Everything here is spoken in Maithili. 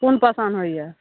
कोन पसन्द होइए